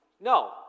No